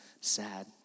sad